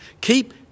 Keep